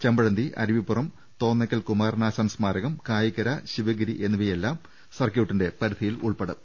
ചെമ്പഴന്തി അരുവിപ്പുറം തോന്നക്കൽ കുമാരനാശാൻ സ്മാരകം കായിക്കര ശിവഗിരി എന്നി വയെല്ലാം സർക്യൂട്ടിന്റെ പരിധിയിൽ ഉൾപ്പെടും